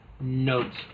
notes